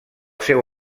seu